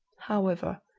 however,